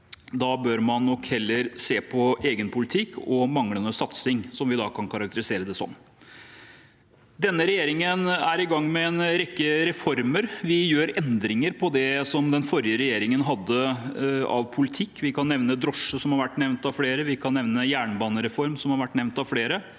Da bør man nok heller se på egen politikk og manglende satsing, som vi da kan karakterisere det som. Denne regjeringen er i gang med en rekke reformer. Vi gjør endringer på det som den forrige regjeringen hadde av politikk. Vi kan nevne drosje, som har vært nevnt av flere, vi kan nevne jernbanereform, som også har vært nevnt av flere.